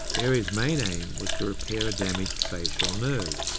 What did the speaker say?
eyries' main aim was to repair a damaged facial nerve.